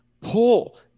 pull